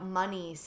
money